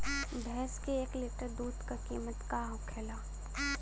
भैंस के एक लीटर दूध का कीमत का होखेला?